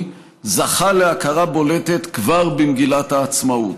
זכה להכרה בולטת כבר במגילת העצמאות,